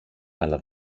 αλλά